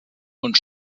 und